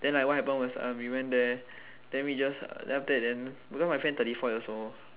then like what happen was uh we went there then we just then after that then because my friend thirty four years old